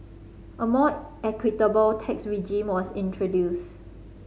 a more equitable tax regime was introduced